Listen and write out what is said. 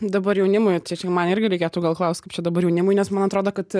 dabar jaunimui čai čia man irgi reikėtų gal klaust kaip čia dabar jaunimui nes man atrodo kad